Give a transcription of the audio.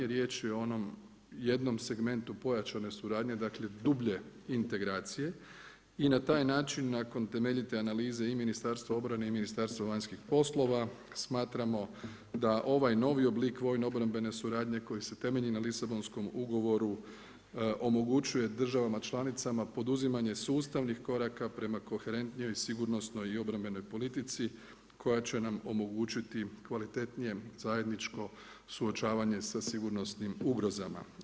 Riječ je o onom 1 segmentu pojačane suradnje, dakle, dublje integracije i na taj način nakon temeljite analize i Ministarstva obrane i Ministarstva vanjskih poslova, smatramo da ovaj novi oblik vojno obrambene suradnje, koja se temelji na Lisabonskom ugovoru, omogućuje državama članicama poduzimanje sustavnih koraka prema koherentnijom, sigurnosnoj i obrambenoj politici koja će nam omogućiti kvalitetnije, zajedničko suočavanje sa sigurnosnim ugrozama.